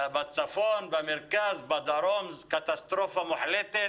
בצפון, במרכז, בדרום יש קטסטרופה מוחלטת